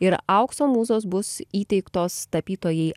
ir aukso mūzos bus įteiktos tapytojai